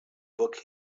book